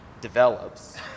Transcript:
develops